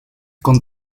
con